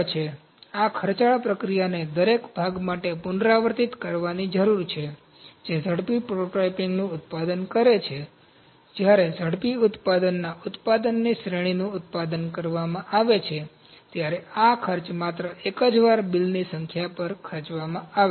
તેથી આ ખર્ચાળ પ્રક્રિયાને દરેક ભાગ માટે પુનરાવર્તિત કરવાની જરૂર છે જે ઝડપી પ્રોટોટાઇપિંગનું ઉત્પાદન કરે છે જ્યારે ઝડપી ઉત્પાદનના ઉત્પાદનની શ્રેણીનું ઉત્પાદન કરવામાં આવે છે ત્યારે આ ખર્ચ માત્ર એક જ વાર બિલની સંખ્યા પર ખર્ચવામાં આવે છે